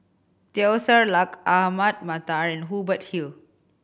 Teo Ser Luck Ahmad Mattar and Hubert Hill